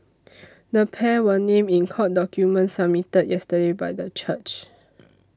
the pair were named in court documents submitted yesterday by the church